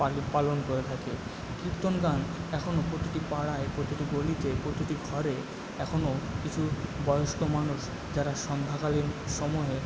পালন করে থাকে কীর্তন গান এখনও প্রতিটি পাড়ায় প্রতিটি গলিতে প্রতিটি ঘরে এখনো কিছু বয়স্ক মানুষ যারা সন্ধ্যাকালীন সময়ে